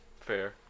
Fair